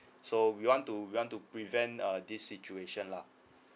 so we want to want to prevent uh this situation lah